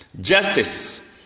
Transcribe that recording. Justice